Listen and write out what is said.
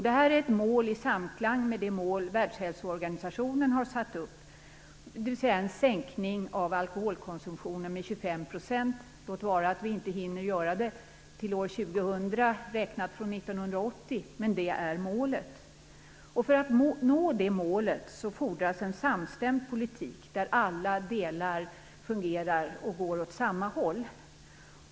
Detta är ett mål i samklang med det mål som Världshälsoorganisationen har satt upp och som innebär en sänkning av alkoholkonsumtionen med 25 %- låt vara att vi inte hinner uppnå målet till år 2000 räknat från 1980, men det är ändå målet. För att nå det målet fordras en samstämd politik där alla delar fungerar och går åt samma håll.